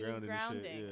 Grounding